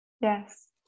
Yes